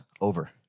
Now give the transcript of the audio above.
over